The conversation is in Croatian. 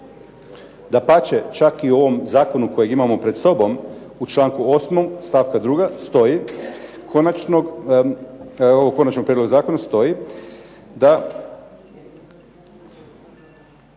Dapače, čak i u ovom zakonu kojeg imamo pred sobom u članku 8. stavka drugog stoji, ovog konačnog prijedloga zakona stoji da